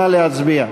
נא להצביע.